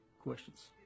questions